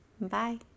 Bye